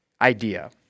idea